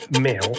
mail